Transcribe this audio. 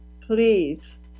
please